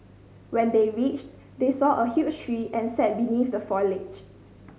when they reached they saw a huge tree and sat beneath the foliage